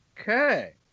Okay